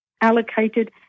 allocated